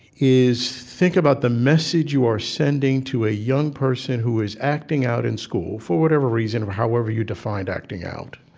is, think about the message you are sending to a young person who is acting out in school, for whatever reason or however you defined acting out,